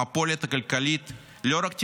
המפולת הכלכלית לא רק תימשך,